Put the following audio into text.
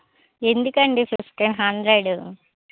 ఎందుకండి fifteen hundred